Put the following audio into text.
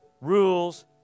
rules